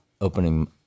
opening